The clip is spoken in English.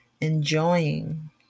enjoying